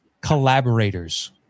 collaborators